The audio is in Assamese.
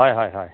হয় হয় হয়